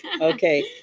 Okay